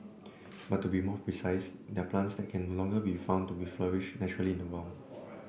but to be more precise they're plants that can no longer be found to flourish naturally in the wild